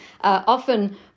often